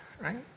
right